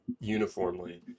uniformly